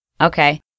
Okay